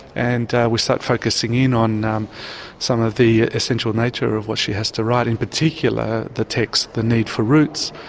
and we start focusing in on some of the essential nature of what she has to write, in particular the text, the need for roots,